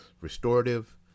restorative